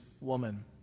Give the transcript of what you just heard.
woman